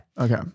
Okay